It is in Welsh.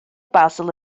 basil